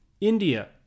India